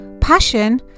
passion